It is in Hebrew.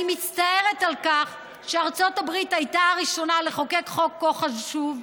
אני מצטערת על כך שארצות הברית הייתה הראשונה לחוקק חוק כה חשוב.